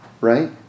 right